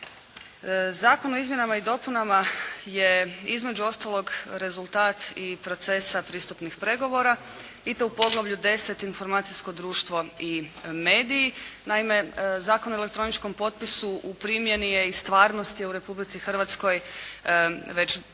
Zakon o izmjenama i dopunama je između ostalog rezultat i procesa pristupnih pregovora i to u poglavlju 10. – Informacijsko društvo i mediji. Naime, Zakon o elektroničkom potpisu u primjeni je i stvarnost je u Republici Hrvatskoj već duži niz